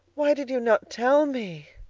why did you not tell me?